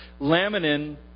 laminin